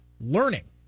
learning